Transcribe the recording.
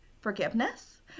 forgiveness